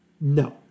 No